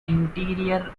interior